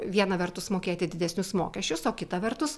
viena vertus mokėti didesnius mokesčius o kita vertus